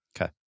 Okay